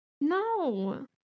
No